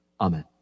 Amen